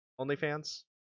OnlyFans